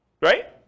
Right